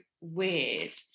weird